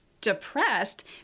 depressed